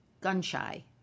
gun-shy